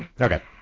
okay